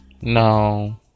no